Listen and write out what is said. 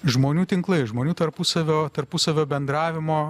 žmonių tinklai žmonių tarpusavio tarpusavio bendravimo